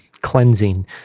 cleansing